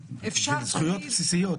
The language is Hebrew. בשביל זכויות בסיסיות.